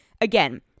again